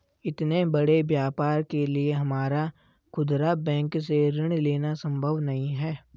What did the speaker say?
इतने बड़े व्यापार के लिए हमारा खुदरा बैंक से ऋण लेना सम्भव नहीं है